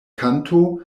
kanto